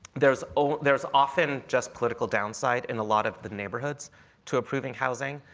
there's ah there's often just political downside in a lot of the neighborhoods to approving housing.